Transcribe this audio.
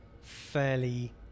fairly